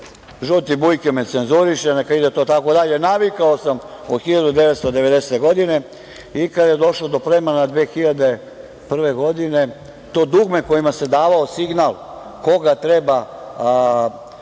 Žuti Bujke me cenzuriše i neka ide to tako dalje. Navikao sam od 1990. godine i kada je došlo do promene 2001. godine to dugme kojima se davao signal koga treba